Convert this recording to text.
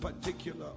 particular